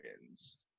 wins